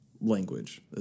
language